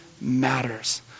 matters